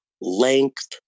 length